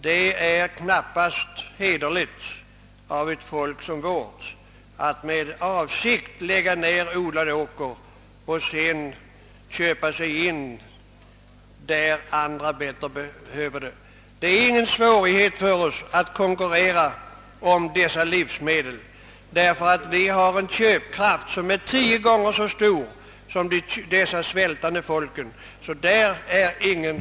Det är knappast hederligt handlat av oss. Det är ingen svårighet för oss att konkurrera om dessa livsmedel därför att vi har en köpkraft som är tio gånger större än dessa svältande folks.